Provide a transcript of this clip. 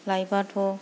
लायबाथ'